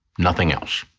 nothing else.